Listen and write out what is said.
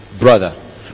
brother